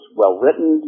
well-written